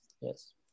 Yes